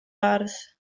ardd